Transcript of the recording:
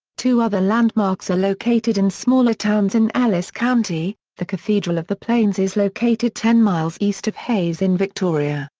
two other landmarks are located in smaller towns in ellis county the cathedral of the plains is located ten miles east of hays in victoria,